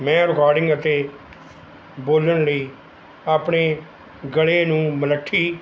ਮੈਂ ਰਿਕਾਰਡਿੰਗ ਅਤੇ ਬੋਲਣ ਲਈ ਆਪਣੇ ਗਲੇ ਨੂੰ ਮਲੱਠੀ